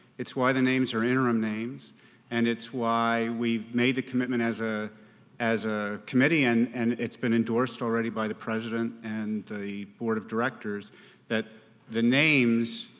it's why the names are interim names and it's why we've made the commitment as ah as a committee and and it's been endorsed already by the president and the board of directors that the names,